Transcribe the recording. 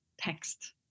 text